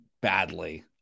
badly